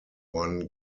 one